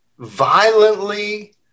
violently